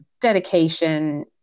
dedication